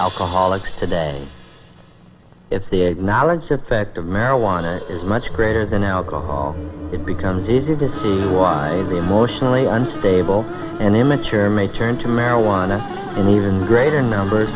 alcoholics today it's the knowledge effect of marijuana is much greater than alcohol it becomes easy to see why the emotionally unstable and immature may turn to marijuana in even greater numbers